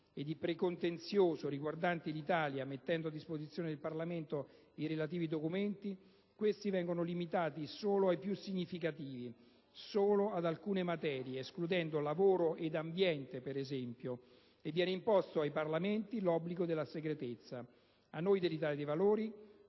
e di precontenzioso riguardanti l'Italia, mettendo a disposizione del Parlamento i relativi documenti, questi vengono limitati solo «ai più significativi», solo ad alcune materie (escludendo lavoro ed ambiente, ad esempio), e viene imposto ai parlamentari l'obbligo della segretezza. A noi dell'Italia dei Valori